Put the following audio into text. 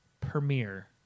Premiere